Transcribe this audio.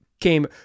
Came